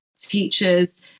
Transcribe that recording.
teachers